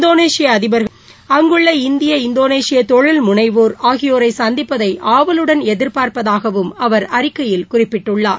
இந்தோளேஷிய அதிபர் அங்குள்ள இந்திய இந்தோளேஷிய தொழில் முனைவோர் ஆகியோரை சந்திப்பதை ஆவலுடன் எதிர்பார்ப்பதாகவும் அவர் அறிக்கையில் குறிப்பிட்டுள்ளார்